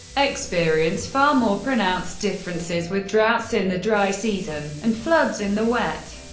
experience far more pronounced differences with droughts in the dry season, and floods in the wet.